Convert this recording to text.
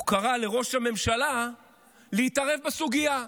הוא קרא לראש הממשלה להתערב בסוגיה.